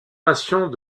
passions